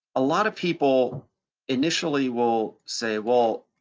a lot of people initially will say, well,